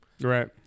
right